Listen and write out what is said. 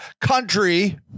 country